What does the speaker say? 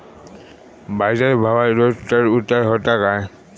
बाजार भावात रोज चढउतार व्हता काय?